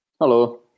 hello